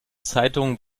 zeitungen